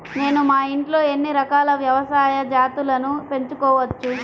నేను మా ఇంట్లో ఎన్ని రకాల వ్యవసాయ జంతువులను పెంచుకోవచ్చు?